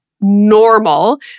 normal